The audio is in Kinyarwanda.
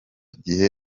gihe